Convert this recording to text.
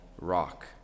rock